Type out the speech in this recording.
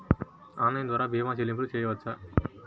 Online ద్వార భీమా చెల్లింపులు చేయవచ్చా?